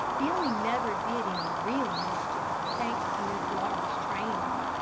billy never did any real mischief, thanks to miss laura's training.